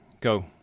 Go